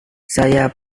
saya